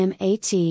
MAT